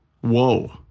whoa